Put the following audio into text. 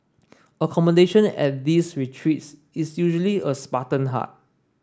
accommodation at these retreats is usually a spartan hut